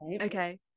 okay